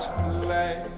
play